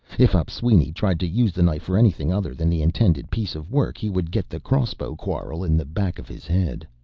if opisweni tried to use the knife for anything other than the intended piece of work, he would get the crossbow quarrel in the back of his head.